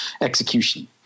execution